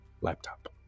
Laptop